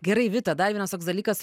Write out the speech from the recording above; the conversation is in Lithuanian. gerai vita dar vienas toks dalykas